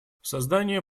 создание